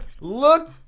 Look